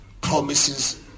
promises